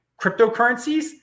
cryptocurrencies